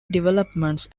developments